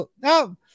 no